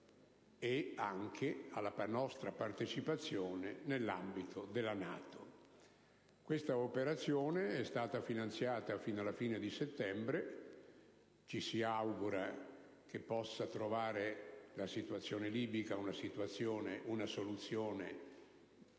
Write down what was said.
e della nostra partecipazione nell'ambito della NATO. Questa operazione è stata finanziata fino alla fine di settembre. Ci si augura che la situazione libica possa